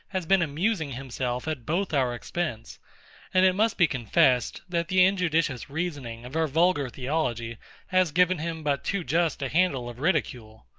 has been amusing himself at both our expense and it must be confessed, that the injudicious reasoning of our vulgar theology has given him but too just a handle of ridicule.